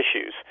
issues